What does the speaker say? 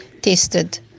tested